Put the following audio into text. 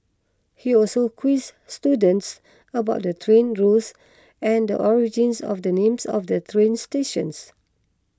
he also quizzed students about the train routes and the origins of the names of the train stations